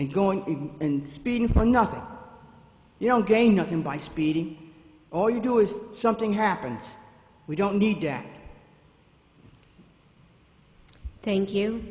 and going in and speeding for nothing you don't gain nothing by speeding all you do is something happens we don't need to back thank you